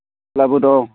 लाबोदों